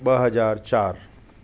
ॿ हज़ार चारि